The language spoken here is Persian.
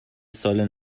سال